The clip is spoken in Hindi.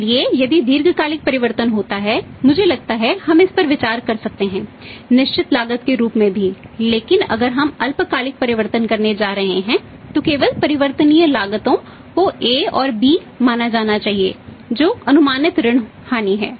इसलिए यदि दीर्घकालिक परिवर्तन होता है मुझे लगता है हम इस पर विचार कर सकते हैं निश्चित लागत के रूप में भी लेकिन अगर हम अल्पकालिक परिवर्तन करने जा रहे हैं तो केवल परिवर्तनीय लागतों को "a" और "b" माना जाना चाहिए जो अनुमानित ऋण हानि है